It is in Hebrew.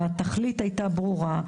התכלית הייתה ברורה.